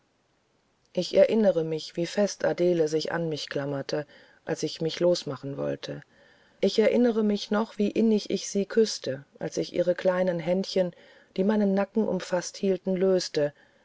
ich erinnerte mich wie fest adele sich an mich klammerte als ich mich losmachen wollte ich erinnere mich noch wie innig ich sie küßte als ich ihre kleine händchen die meinen nacken umfaßt hielten löste